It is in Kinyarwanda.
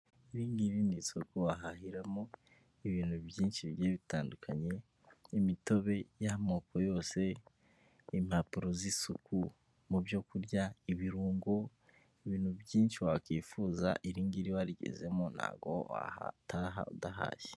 Iri ni isoko wahahiramo ibintu byinshi bigiye bitandukanye, imitobe y'amoko yose, impapuro z'isuku mu byo kurya, ibirungo ibintu byinshi wakwifuza, irigingiri warigezemo ntabwo wahataha udahashye.